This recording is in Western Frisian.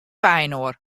byinoar